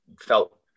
felt